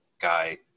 guy